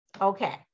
Okay